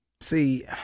See